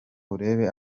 urebe